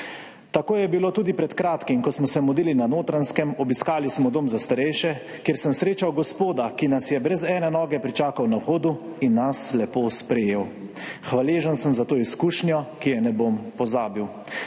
Tako je bilo tudi pred kratkim, ko smo se mudili na Notranjskem. Obiskali smo dom za starejše, kjer sem srečal gospoda, ki nas je brez ene noge pričakal na vhodu in nas lepo sprejel. Hvaležen sem za to izkušnjo, ki je ne bom pozabil.